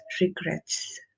regrets